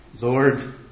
Lord